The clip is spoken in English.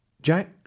Jack